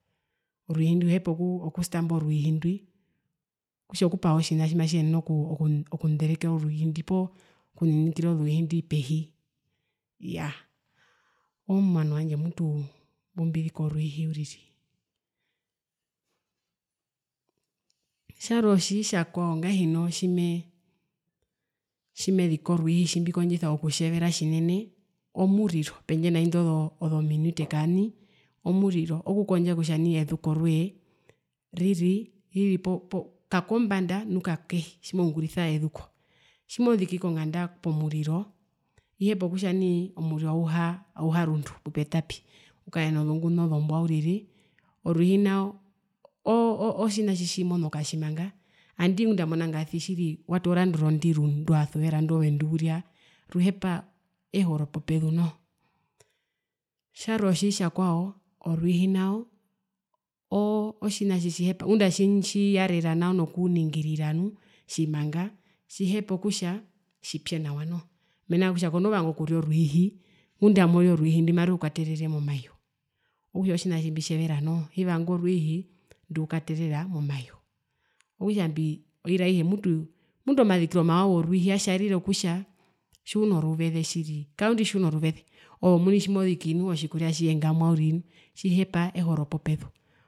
Orwiihi ndwi uhepa okustamba orwiihi ndwi okutja okupaha otjina tjimatjiyenene oku oku okundereka orwiihi ndwi poo kunikizira orwiihi ndwi pehi iyaa oomwano wandje mutu mbumbizika orwiihi uriri. Tjarwe otjitjakwao ngahino tjimee tjimee tjimeziki orwiihi tjimbikondjisa okutjevera tjinene omuriro pendje naindo zominute kaani okukondja kutja nai ezuko rwee iriri kakombanda nu kakehi tjiungurisa ezuko tjimoziki konganda pomuriro ihepa kutja nai omuriro auha auharundu pupepatapi ukare nozongune ozombwa uriri orwiihi nao otjina tjitjimonoka tjimanga andii ngunda monangarasi tjiri watoora indo rondiru ndwaasuvera ndo ove nduurya ruhepa eho ropopezu noho. tjarwe otjitjakwao orwiihi nao oo otjina tjitjihepa ngunda monangarasi otjina tjitjiyarera nokuningirira tjimanga tjihepa okupya nawa noho mena rokutja konoo vanga okurya orwiihingunda amori orwiihi marukukaterere momayo, okutja otjina tjimbitjevara noho hivanga orwiihi ndukaterera momayo okutja oiri aihe mbii mbi mutu omazikiro mawa worwiihi atjaerira kutja tjiuno ruveze tjiri kaondi tjiunoruveze ove omuni tjimoziki otjikurya atjihe ngamwa uriri tjihepa eho ropopezu.